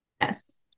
Yes